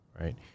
right